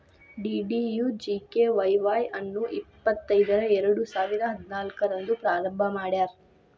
DDUGKY Y ಅನ್ನು ಇಪ್ಪತೈದರ ಎರಡುಸಾವಿರ ಹದಿನಾಲ್ಕು ರಂದ್ ಪ್ರಾರಂಭ ಮಾಡ್ಯಾರ್